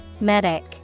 Medic